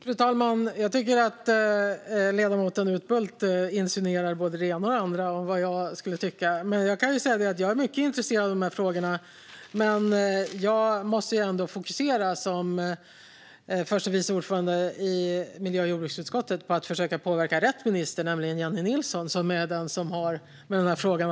Fru talman! Jag tycker att ledamoten Utbult insinuerar både det ena och det andra när det gäller vad jag tycker. Jag kan säga att jag är mycket intresserad av dessa frågor. Men jag måste ändå som förste vice ordförande i miljö och jordbruksutskottet försöka fokusera på att påverka rätt minister, nämligen Jennie Nilsson, som är ansvarig för denna fråga.